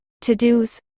to-dos